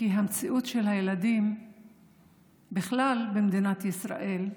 כי המציאות של הילדים בכלל במדינת ישראל,